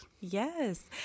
Yes